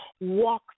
walk